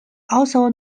also